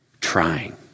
trying